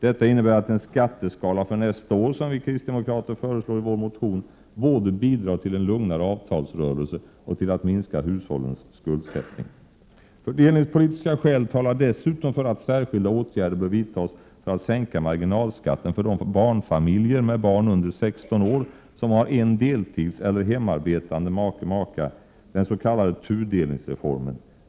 Detta innebär att den skatteskala för nästa år som vi kristdemokrater föreslår i vår motion både bidrar till en lugnare avtalsrörelse och till att minska hushållens skuldsättning. Fördelningspolitiska skäl talar dessutom för att särskilda åtgärder bör vidtas för att sänka marginalskatten för de barnfamiljer med barn under 16 år som har en deltidseller hemarbetande make/maka, den s.k. tudelningsreformen.